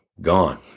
Gone